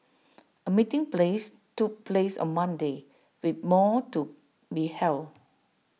A meeting place took place on Monday with more to be held